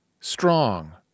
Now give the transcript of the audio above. strong